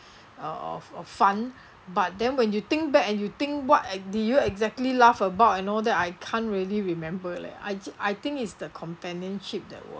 uh of of fun but then when you think back and you think what e~ do you exactly laugh about and all that I can't really remember leh I I think is the companionship that was